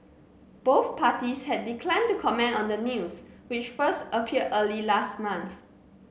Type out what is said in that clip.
both parties had declined to comment on the news which first appeared early last month